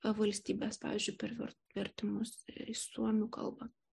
valstybes pavyzdžiui per ver vertimus į suomių kalba